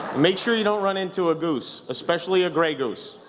make sure you don't run into a goose. especially a grey goose.